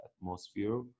atmosphere